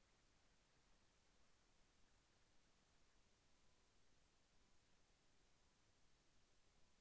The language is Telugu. సామాజిక రంగ పథకాలకీ ఏ విధంగా ధరఖాస్తు చేయాలి?